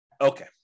Okay